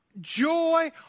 joy